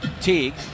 Teague